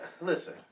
Listen